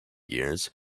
years